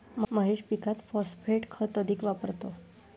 महेश पीकात फॉस्फेट खत अधिक वापरतो